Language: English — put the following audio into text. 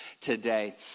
today